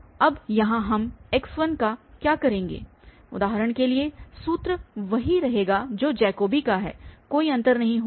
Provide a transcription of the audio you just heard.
अब यहाँ हम x1का क्या करेंगे उदाहरण के लिए सूत्र वही रहेगा जो जैकोबी का है कोई अंतर नहीं होगा